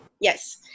Yes